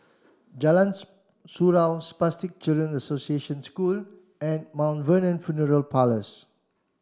Jalan Surau Spastic Children's Association School and Mount Vernon Funeral Parlours